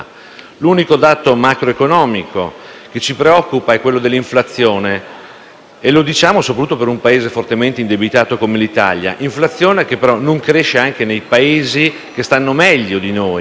L'unico dato macroeconomico che ci preoccupa è quello dell'inflazione e lo diciamo per un Paese fortemente indebitato come l'Italia; inflazione che, però, non cresce anche nei Paesi che stanno meglio di noi,